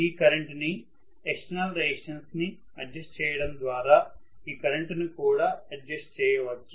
ఈ కరెంటు ని external resistance ని అడ్జస్ట్ చేయడo ద్వారా ఈ కరెంటు ని కూడా అడ్జస్ట్ చేయవచ్చు